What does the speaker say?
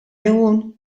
egun